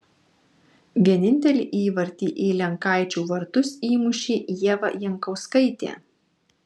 vienintelį įvartį į lenkaičių vartus įmušė ieva jankauskaitė